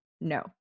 No